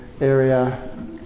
area